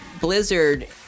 Blizzard